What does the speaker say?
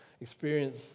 Experience